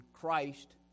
Christ